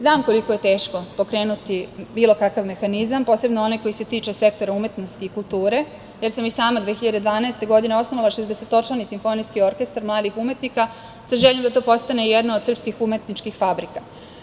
Znam koliko je teško pokrenuti bilo kakav mehanizam, posebno onaj koji se tiče sektora umetnosti i kulture, jer sam i sama 2012. godine osnovala šezdesetočlani simfonijski orkestar mladih umetnika, sa željom da to postane jedna od srpskih umetničkih fabrika.